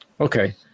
Okay